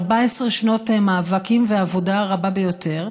14 שנות מאבקים ועבודה רבה ביותר,